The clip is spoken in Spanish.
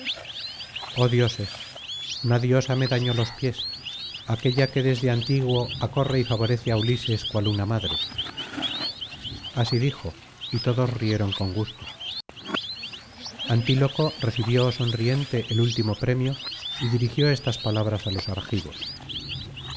dioses una diosa me dañó los pies aquella que desde antiguo acorre y favorece á ulises cual una madre así dijo y todos rieron con gusto antíloco recibió sonriente el último premio y dirigió estas palabras á los argivos